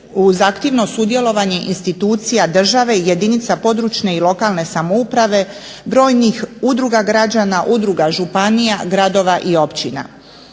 uz aktivno sudjelovanje institucija države i jedinica područne i lokalne samouprave, brojnih udruga građana, udruga županija, gradova i općina.